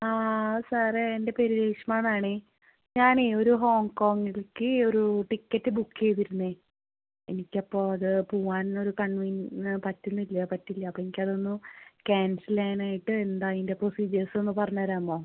ആ ആ സാറെ എൻ്റെ പേര് രേഷ്മ എന്നാണേ ഞാനേ ഒരു ഹോങ്കോംഗിലേക്ക് ഒരു ടിക്കറ്റ് ബുക്ക് ചെയ്തിരുന്നേ എനിക്ക് അപ്പോൾ അത് പോവാൻ ഒരു കൺവിൻ പറ്റുന്നില്ല പറ്റില്ല അപ്പം എനിക്ക് അത് ഒന്നു ക്യാൻസൽ ചെയ്യാൻ ആയിട്ട് എന്താണ് അതിന്റെ പ്രൊസീജിയേർസ് ഒന്ന് പറഞ്ഞുതരാമോ